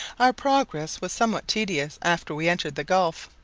our progress was somewhat tedious after we entered the gulf.